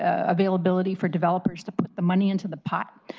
ah availablity for developers to put the money into the pot.